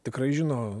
tikrai žino